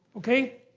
okay?